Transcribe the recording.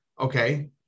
Okay